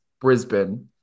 Brisbane